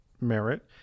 merit